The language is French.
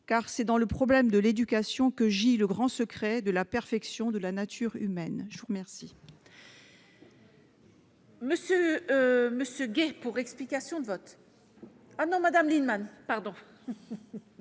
car c'est dans le problème de l'éducation que gît le grand secret de la perfection de la nature humaine »! La parole